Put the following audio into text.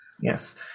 Yes